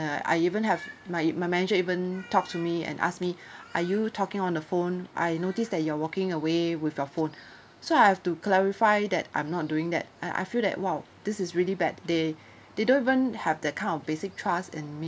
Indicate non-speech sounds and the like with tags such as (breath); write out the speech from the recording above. uh I even have my my manager even talk to me and ask me (breath) are you talking on the phone I notice that you are walking away with your phone (breath) so I have to clarify that I'm not doing that I I feel that !wow! this is really bad they they don't even have that kind of basic trust in me